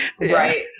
Right